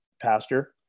pastor